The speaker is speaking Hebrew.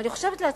אני חושבת לעצמי,